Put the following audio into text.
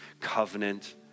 covenant